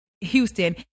Houston